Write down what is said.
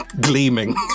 gleaming